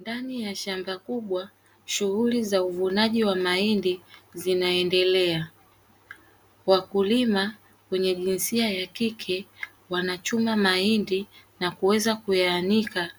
Ndani ya shamba kubwa, shughuli za uvunaji wa mahindi zina endelea, wakulima wenye jinsia ya kike wanachuma mahindi na kuweza kuyaanika